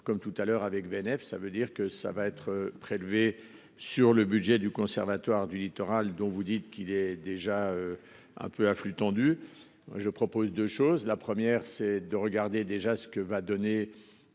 comme tout à l'heure avec VNF. Ça veut dire que ça va être prélevé sur le budget du Conservatoire du littoral, dont vous dites qu'il est déjà. Un peu à flux tendu. Moi je propose 2 choses, la première c'est de regarder déjà ce que va donner.